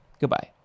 goodbye